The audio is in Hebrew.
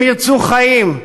אם ירצו חיים,